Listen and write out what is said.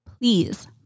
please